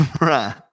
Right